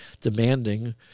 demanding